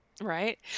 Right